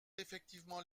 effectivement